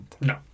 No